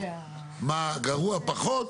מה גרוע פחות,